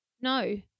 No